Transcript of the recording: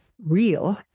real